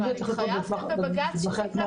התחייבתם בבג"ץ שזה יקרה